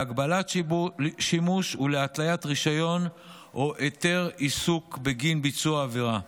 להגבלת שימוש ולהתליית רישיון או היתר עיסוק בגין ביצוע העבירה.